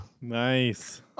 Nice